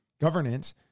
governance